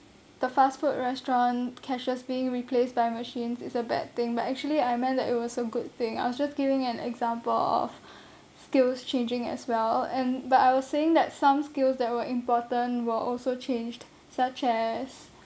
the fast food restaurant cashiers being replaced by machines is a bad thing but actually I meant that it was a good thing I was just giving an example of skills changing as well and but I was saying that some skills that were important were also changed such as